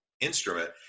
instrument